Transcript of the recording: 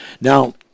Now